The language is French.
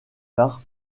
tard